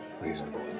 reasonable